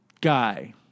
guy